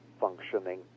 functioning